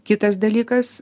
kitas dalykas